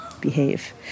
behave